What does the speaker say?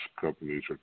companies